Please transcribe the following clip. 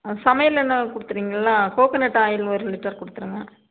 ஆ சமையல் எண்ணெய் கொடுத்துர்றீங்களா கோக்கனட் ஆயில் ஒரு லிட்டர் கொடுத்துருங்க